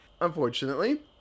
unfortunately